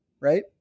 Right